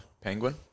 Penguin